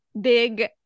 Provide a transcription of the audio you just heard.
big